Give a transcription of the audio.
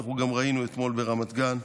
אנחנו גם ראינו אתמול ברמת גן,